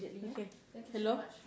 okay hello